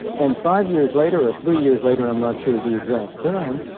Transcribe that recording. and five years later or three years later, i'm not sure the exact time,